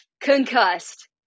concussed